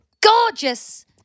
gorgeous